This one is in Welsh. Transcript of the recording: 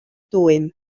dwym